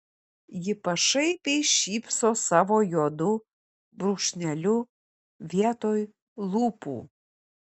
ji pašaipiai šypso savo juodu brūkšneliu vietoj lūpų